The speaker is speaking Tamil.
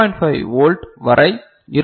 5 வோல்ட் வரை இருக்கும்